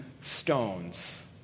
stones